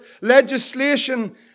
legislation